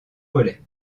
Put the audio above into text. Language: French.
relais